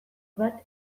bat